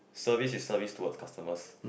service is service towards customers